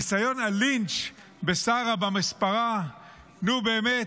ניסיון הלינץ' בשרה במספרה, נו, באמת.